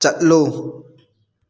ꯆꯠꯂꯨ